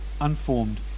unformed